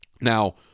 Now